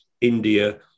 India